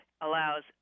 allows